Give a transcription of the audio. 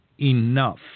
enough